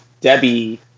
Debbie